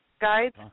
Guides